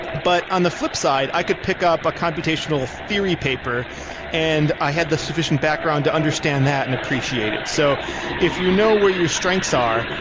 but on the flip side i could pick up a computational theory paper and i had the sufficient background to understand that and appreciate it. so if you know where your strengths are,